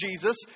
Jesus